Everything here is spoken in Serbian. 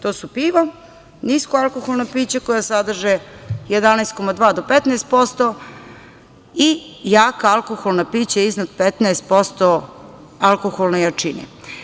To su pivo, niska alkoholna pića koja sadrže 11,2 do 15% i jaka alkoholna pića iznad 15% alkoholne jačine.